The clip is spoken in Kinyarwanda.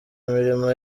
imilimo